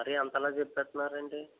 మరీ అంతలా చెప్పేస్తున్నారు ఏంటి